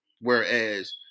whereas